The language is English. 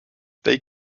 they